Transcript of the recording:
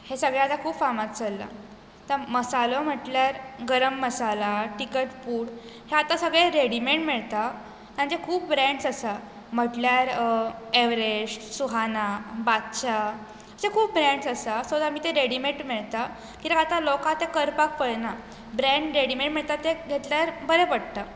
हें सगळें आतां खूब फामाद चल्लां आतां मसालो म्हणटल्यार गरम मसाला तिकट पूड हें आतां सगळें रेडीमेड मेळटा तांचे खूब ब्रँड्स आसात म्हणटल्यार एवरेस्ट सुहाना बादशाह अशे खूब ब्रँड्स आसात सो आमी तें रेडीमेड मेळटात कित्याक लोकां आतां करपाक पळयनात ब्रँड रेडीमेड येता तें घेतल्यार बरें पडटा